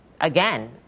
Again